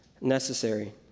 necessary